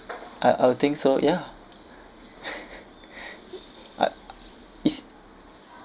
uh I would think so ya uh it's